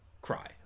cry